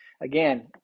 Again